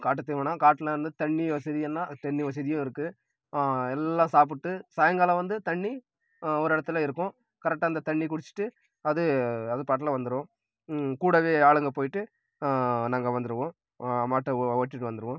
காட்டுத் தீவனம் காட்டில வந்து தண்ணி வசதின்னால் தண்ணி வசதியும் இருக்குது எல்லாம் சாப்பிட்டு சாய்ங்காலம் வந்து தண்ணி ஒரு இடத்துல இருக்கும் கரெக்டாக அந்த தண்ணி குடிச்சிட்டு அது அது பாட்ல வந்துடும் கூடவே ஆளுங்கள் போய்ட்டு நாங்கள் வந்துடுவோம் மாட்டை ஓட்டிகிட்டு வந்துடுவோம்